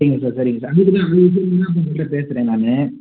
சரிங்க சார் சரிங்க சார் அவர் சொல்லி தான் உங்கள்கிட்ட பேசுகிறேன் நான்